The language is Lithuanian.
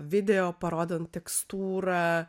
video parodom tekstūrą